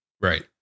Right